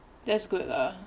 that's good lah